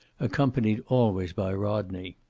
accompanied always by rodney.